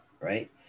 right